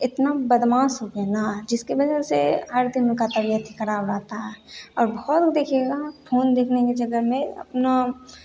इतना बदमाश हो गए ना जिसके वजह से हर दिन उनका तबियत ख़राब रहता है और बहुत देखिएगा फोन देखने के चक्कर में अपना